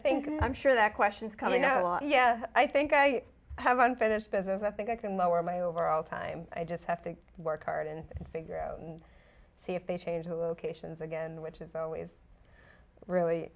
think i'm sure that questions coming out a lot yeah i think i have unfinished business i think i can lower my overall time i just have to work hard and figure out and see if they change the locations again which is always really